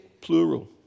plural